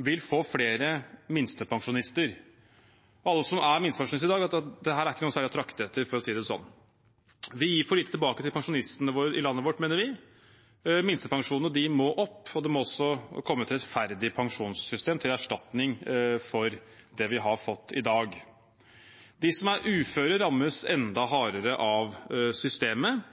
vil få flere minstepensjonister. Alle som er minstepensjonister i dag, vet at dette ikke er noe særlig å trakte etter, for å si det slik. Vi gir for lite tilbake til pensjonistene i landet vårt, mener vi. Minstepensjonene må opp, og det må komme et rettferdig pensjonssystem til erstatning for det vi har i dag. De som er uføre, rammes enda hardere av systemet.